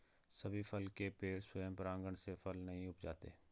सभी फल के पेड़ स्वयं परागण से फल नहीं उपजाते